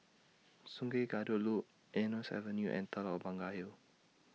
Sungei Kadut Loop Eunos Avenue and Telok Blangah Hill